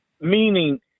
meaning